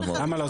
למה לא?